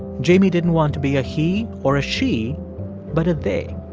jamie didn't want to be a he or a she but a they.